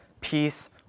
Peace